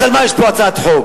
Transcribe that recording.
אז על מה יש פה הצעת חוק?